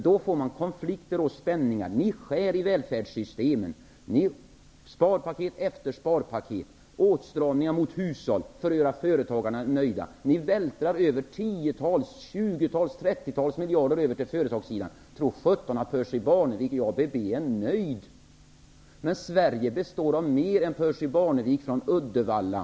Då uppstår konflikter och spänningar. Ni skär i välfärdssystemen. Det kommer sparpaket efter sparpaket och åtstramningar för hushållen för att göra företagarna nöjda. Ni vältrar över tiotals, tjugotals och trettiotals miljarder på företagssidan. Tro sjutton att Percy Barnevik i ABB är nöjd! Men Sverige består av mer än Percy Barnevik från Uddevalla.